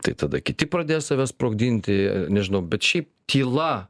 tai tada kiti pradės save sprogdinti nežinau bet šiaip tyla